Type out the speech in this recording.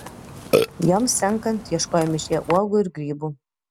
joms senkant ieškojo miške uogų ir grybų